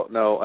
no